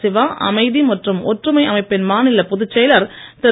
சிவா அமைதி மற்றும் ஒற்றுமை அமைப்பின் மாநில பொதுச்செயலர் திரு